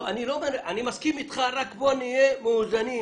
אני מסכים אתך אבל בוא נהיה מאוזנים.